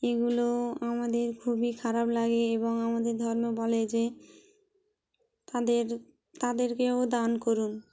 এগুলো আমাদের খুবই খারাপ লাগে এবং আমাদের ধর্ম বলে যে তাদের তাদেরকেও দান করুন